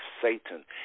satan